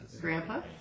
Grandpa